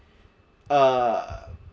uh